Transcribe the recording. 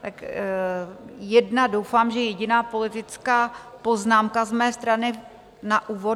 Tak jedna, doufám, že jediná politická poznámka z mé strany na úvod.